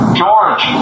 George